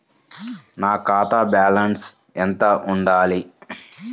నా ఖాతా బ్యాలెన్స్ ఎంత ఉండాలి?